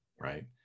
right